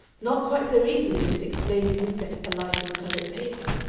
not quite so easily as it explains an insect alighting on colored paper.